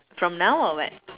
from now or what